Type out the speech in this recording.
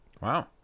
Wow